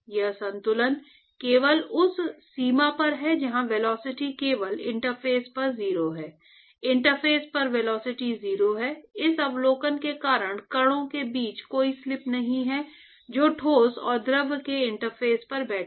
यह संतुलन केवल उस सीमा पर है जहां वेलोसिटी केवल इंटरफ़ेस पर 0 है इंटरफ़ेस पर वेलोसिटी 0 है इस अवलोकन के कारण कणों के बीच कोई स्लिप नहीं है जो ठोस और द्रव के इंटरफ़ेस पर बैठे हैं